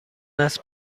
است